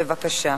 בבקשה.